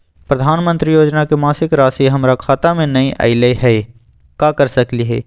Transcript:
प्रधानमंत्री योजना के मासिक रासि हमरा खाता में नई आइलई हई, का कर सकली हई?